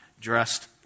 dressed